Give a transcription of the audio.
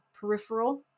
peripheral